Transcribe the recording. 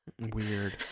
weird